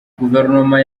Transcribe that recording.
guverinoma